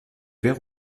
vert